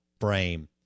frame